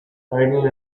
tidal